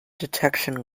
detection